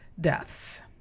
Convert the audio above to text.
deaths